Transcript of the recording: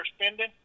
spending